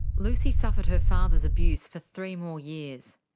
lucy suffered her father's abuse for three more years.